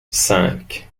cinq